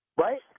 right